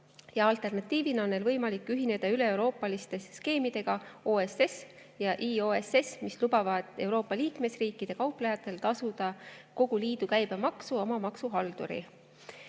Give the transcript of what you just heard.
Alternatiivina on neil võimalik ühineda üleeuroopaliste skeemidega OSS ja IOSS, mis lubavad Euroopa liikmesriikide kauplejatel tasuda kogu liidu käibemaksu oma maksuhaldurile.